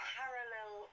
parallel